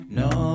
no